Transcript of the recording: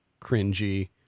cringy